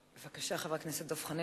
בבקשה, חבר הכנסת דב חנין.